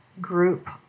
group